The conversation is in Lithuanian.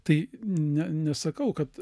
tai ne nesakau kad